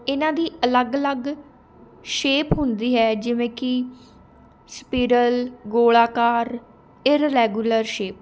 ਇਹਨਾਂ ਦੀ ਅਲੱਗ ਅਲੱਗ ਸ਼ੇਪ ਹੁੰਦੀ ਹੈ ਜਿਵੇਂ ਕਿ ਸਪੀਡਲ ਗੋਲਾਕਾਰ ਇਰਲੈਗੂਲਰ ਸ਼ੇਪ